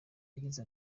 yagize